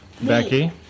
Becky